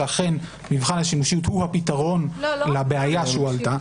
שאכן מבחן השימושיות הוא הפתרון לבעיה שהועלתה.